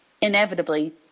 inevitably